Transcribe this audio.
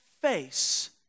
face